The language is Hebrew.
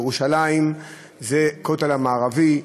ירושלים זה הכותל המערבי,